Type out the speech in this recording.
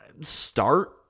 start